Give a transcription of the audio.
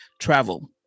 travel